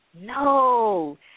No